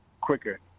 quicker